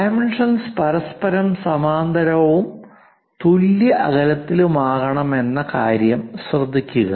dimensions പരസ്പരം സമാന്തരവും തുല്യ അകലത്തിലുമാണെന്ന കാര്യം ശ്രദ്ധിക്കുക